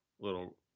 little